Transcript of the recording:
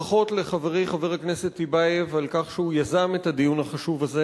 ברכות לחברי חבר הכנסת טיבייב על כך שהוא יזם את הדיון החשוב הזה.